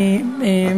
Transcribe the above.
החוקה,